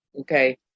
Okay